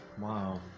Wow